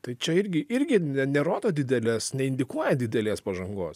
tai čia irgi irgi ne nerodo didelės neindikuoja didelės pažangos